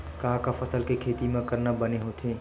का का फसल के खेती करना बने होथे?